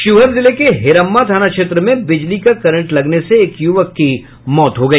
शिवहर जिले के हिरम्मा थाना क्षेत्र में बिजली का करंट लगने से एक युवक की मौत हो गई